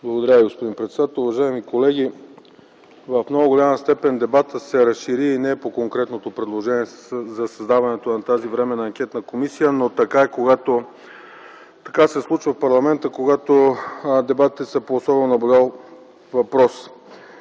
Благодаря Ви, господин председател. Уважаеми колеги, в много голяма степен дебатът се разшири и не е по конкретното предложение за създаването на тази временна анкетна комисия. Така се случва в парламента, когато дебатите са по особено наболял въпрос.